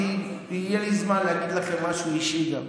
ויהיה לי זמן להגיד לכם משהו אישי גם.